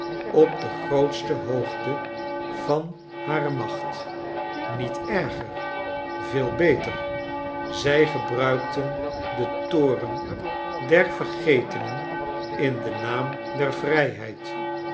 op de grootste hoogte van hare macht niet erger veel beter zij gebruikten den toren der vergetenen in den naam der vrijheid